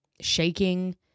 shaking